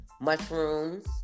mushrooms